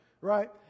right